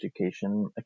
education